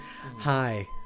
Hi